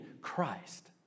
Christ